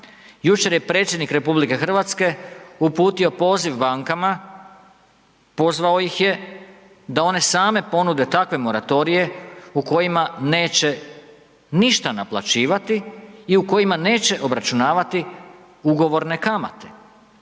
Jučer je predsjednik RH uputio poziv bankama, pozvao ih je da one same ponude takve moratorije u kojima neće ništa naplaćivati i u kojima neće obračunavati ugovorne kamate.